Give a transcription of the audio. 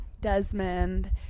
desmond